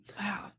Wow